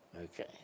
Okay